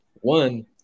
One